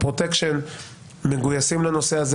הפרוטקשן מגויסים לנושא הזה,